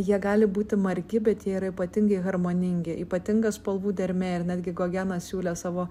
jie gali būti margi bet yra ypatingai harmoningi ypatinga spalvų dermė ir netgi gogenas siūlęs savo